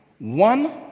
One